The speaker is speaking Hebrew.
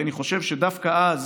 כי אני חושב שדווקא אז